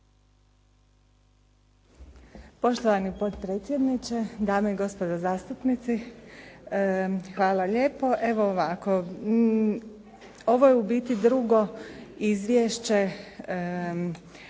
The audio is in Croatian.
Poštovani potpredsjedniče, dame i gospodo zastupnici. Hvala lijepo. Ovo je u biti drugo izvješće